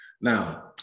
now